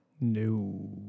No